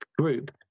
group